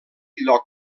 lloc